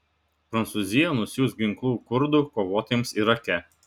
prancūzija nusiųs ginklų kurdų kovotojams irake